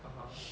(uh huh)